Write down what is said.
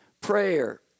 prayer